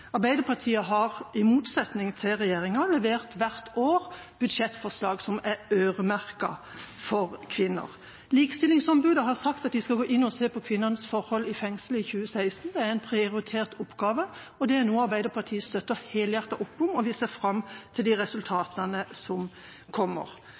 er øremerket for kvinner. Likestillingsombudet har sagt at de skal gå inn og se på kvinners forhold i fengsel i 2016, det er en prioritert oppgave. Det er noe Arbeiderpartiet støtter helhjertet opp om, og vi ser fram til de